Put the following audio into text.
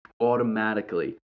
automatically